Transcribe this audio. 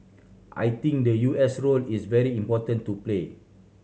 I think the U S role is very important to play